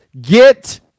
get